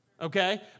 okay